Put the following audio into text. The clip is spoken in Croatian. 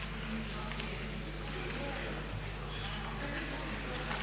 Hvala vam